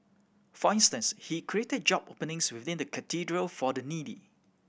for instance he created job openings within the Cathedral for the needy